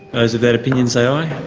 those of that opinion say aye,